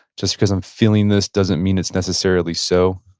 just because i'm feeling this doesn't mean it's necessarily so?